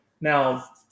Now